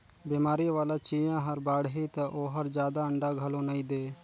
बेमारी वाला चिंया हर बाड़ही त ओहर जादा अंडा घलो नई दे